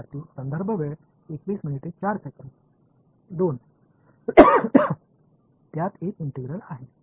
विद्यार्थीः दोन त्यात एक इंटिग्रल आहे